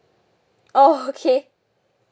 oh okay